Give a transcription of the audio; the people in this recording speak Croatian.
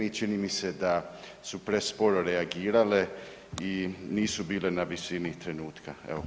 Čini mi se da su presporo reagirale i nisu bile na visini trenutka.